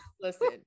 Listen